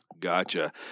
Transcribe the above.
Gotcha